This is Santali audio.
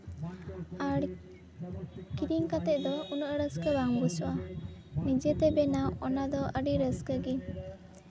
ᱟᱨ ᱠᱤᱨᱤᱧ ᱠᱟᱛᱮᱜ ᱫᱚ ᱩᱱᱟᱹᱜ ᱨᱟᱹᱥᱠᱟᱹ ᱵᱟᱝ ᱵᱩᱡᱷᱟᱹᱜᱼᱟ ᱱᱤᱡᱮ ᱛᱮ ᱵᱮᱱᱟᱣ ᱚᱱᱟ ᱫᱚ ᱟᱹᱰᱤ ᱨᱟᱹᱥᱠᱟᱹ ᱜᱮ